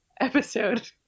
episode